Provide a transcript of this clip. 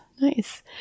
Nice